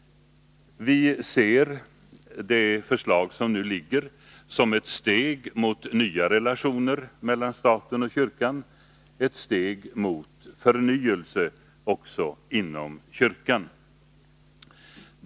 Vi ser det förelag som nu föreligger som ett steg mot nya relationer mellan staten och kyrkan, ett steg mot förnyelse också inom kyrkan.